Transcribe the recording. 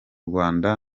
rwanda